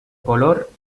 color